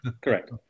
Correct